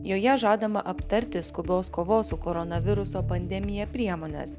joje žadama aptarti skubaus kovos su koronaviruso pandemija priemones